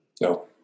no